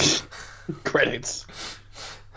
Credits